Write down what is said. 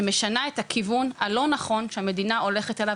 שמשנה את הכיוון הלא נכון שהמדינה הולכת אליו,